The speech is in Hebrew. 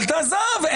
אבל תעזוב,